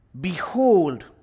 behold